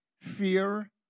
fear